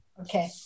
Okay